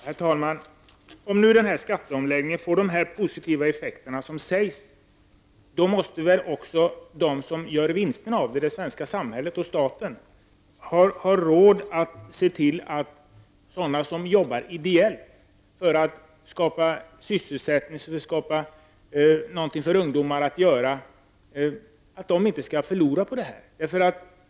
Herr talman! Om nu skatteomläggningen får dessa positiva effekter måste väl också de som gör vinster på den, det svenska samhället och staten, ha råd att se till att de som arbetar ideellt för att skapa sysselsättning för ungdomar inte förlorar på omläggningen.